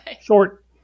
short